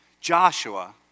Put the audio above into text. Joshua